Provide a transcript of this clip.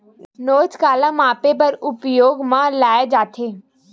नोच काला मापे बर उपयोग म लाये जाथे?